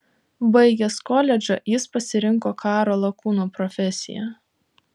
baigęs koledžą jis pasirinko karo lakūno profesiją